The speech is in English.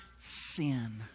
sin